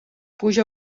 puja